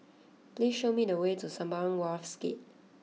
please show me the way to Sembawang Wharves Gate